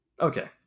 okay